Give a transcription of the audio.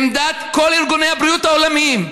עמדת כל ארגוני הבריאות העולמיים,